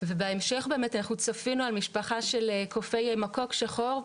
בהמשך צפינו על משפחה של קופי מקוק שחור,